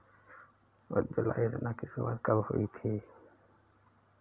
उज्ज्वला योजना की शुरुआत कब हुई थी?